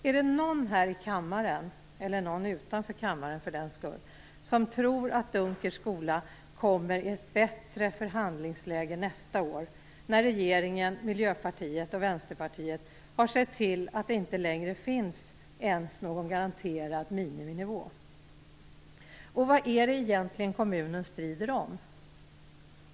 Är det någon här i kammaren, eller någon utanför kammaren för den skull, som tror att Dunkers skola kommer i ett bättre förhandlingsläge nästa år när regeringen, Miljöpartiet och Vänsterpartiet har sett till att det inte längre finns ens någon garanterad miniminivå? Vad är det egentligen som kommunen strider om.